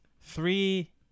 three